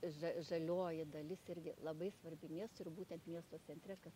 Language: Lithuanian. ža žalioji dalis irgi labai svarbi miestui ir būtent miesto centre kad